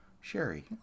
Sherry